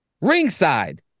ringside